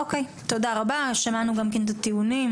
אוקיי תודה רבה, שמענו גם כן את הטיעונים.